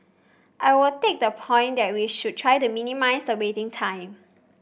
I will take the point that we should try to minimise the waiting time